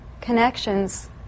connections